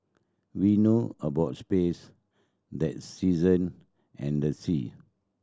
we know about space than season and the sea